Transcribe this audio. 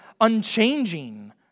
unchanging